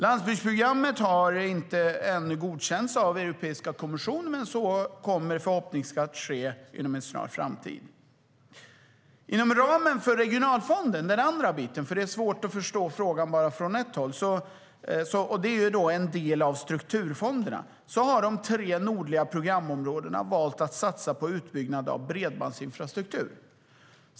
Landsbygdsprogrammet har ännu inte godkänts av Europeiska kommissionen, men så kommer förhoppningsvis att ske inom en snar framtid. Den andra delen är Regionalfonden, som är en del av strukturfonderna. Det är svårt att förstå frågan bara från ett håll. Inom den ramen har de tre nordliga programområdena valt att satsa på utbyggnad av bredbandsinfrastruktur.